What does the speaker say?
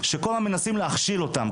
שכל הזמן מנסים להכשיל אותם.